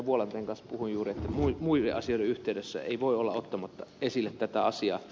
vuolanteen kanssa puhuin juuri että muiden asioiden yhteydessä ei voi olla ottamatta esille tätä asiaa